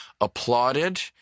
applauded